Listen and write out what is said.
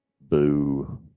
Boo